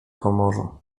pomorzu